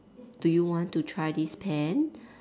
do you want to try this pen